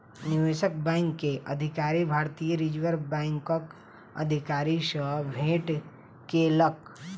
निवेशक बैंक के अधिकारी, भारतीय रिज़र्व बैंकक अधिकारी सॅ भेट केलक